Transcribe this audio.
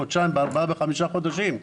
בחודשיים, בשלושה או ארבעה חודשים.